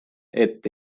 ette